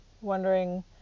wondering